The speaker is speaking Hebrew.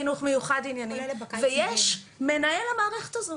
חינוך מיוחד ויש מנהל המערכת הזו,